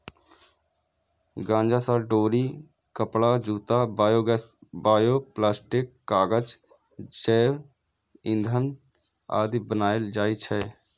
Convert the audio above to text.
गांजा सं डोरी, कपड़ा, जूता, बायोप्लास्टिक, कागज, जैव ईंधन आदि बनाएल जाइ छै